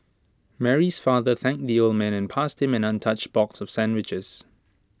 Mary's father thanked the old man and passed him an untouched box of sandwiches